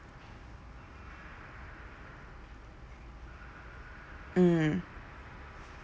mm